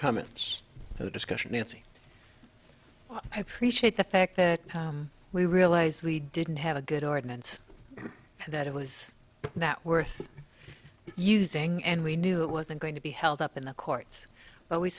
comments and a discussion nancy well i appreciate the fact that we realize we didn't have a good ordinance that it was not worth using and we knew it wasn't going to be held up in the courts but we